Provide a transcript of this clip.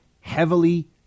heavily